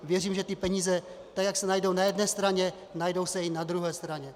Věřím, že ty peníze, tak jak se najdou na jedné straně, najdou se i na druhé straně.